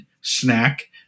snack